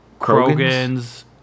Krogan's